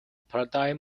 paradigm